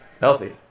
Healthy